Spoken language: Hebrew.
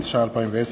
התש"ע 2010,